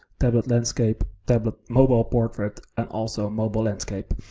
tablet landscape, tablet mobile portrait, and also mobile landscape.